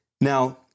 Now